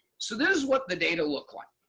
so this is what the data looks like.